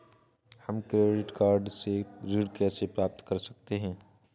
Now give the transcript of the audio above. हम credit card से ऋण कैसे प्राप्त कर सकते हैं?